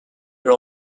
year